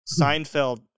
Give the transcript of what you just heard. Seinfeld